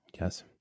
Yes